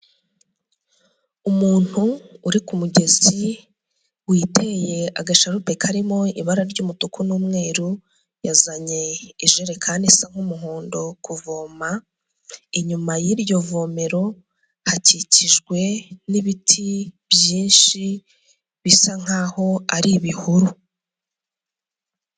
Umuntu uri ku mugezi witeye agasharupe karimo ibara ry'umutuku n'umweru, yazanye ijerekani isa nk'umuhondo kuvoma, inyuma y'iryo vomero hakikijwe n'ibiti byinshi bisa nkaho ar’ibihuru.